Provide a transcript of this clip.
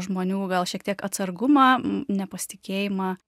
žmonių gal šiek tiek atsargumą nepasitikėjimą